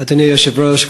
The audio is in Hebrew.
אדוני היושב-ראש,